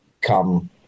come